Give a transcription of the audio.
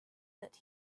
that